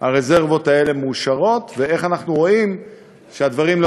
הרזרבות האלה מאושרות ואיך אנחנו רואים שהדברים לא